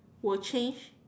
will change